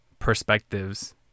perspectives